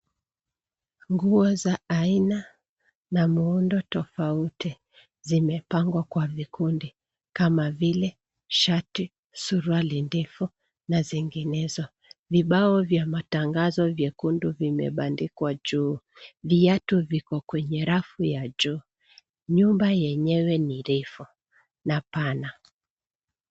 Nguo za aina na muundo tofauti zimepangwa kwa vikundi kama vile shati ,suruali ndefu na zinginezo ,vibao vya matangazo vyekundu vimebandikwa juu viatu viko kwenye rafu ya juu ,nyumba yenyewe ni refu na pana.